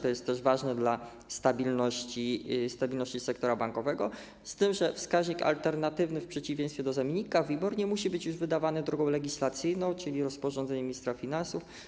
To jest ważne dla stabilności sektora bankowego, z tym że wskaźnik alternatywny w przeciwieństwie do zamiennika WIBOR nie musi być wydawany drogą legislacyjną, czyli rozporządzeniem ministra finansów.